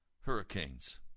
hurricanes